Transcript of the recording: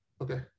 Okay